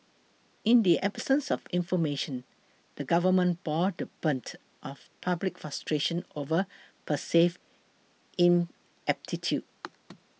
in the absence of information the government bore the brunt of public frustration over perceived ineptitude